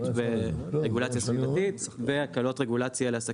ורגולציה סביבתית והקלות רגולציה גם בעסקים.